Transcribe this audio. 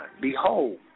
Behold